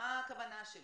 מה הכוונה שלי?